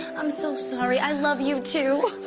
i'm so sorry. i love you too.